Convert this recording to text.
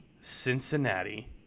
Cincinnati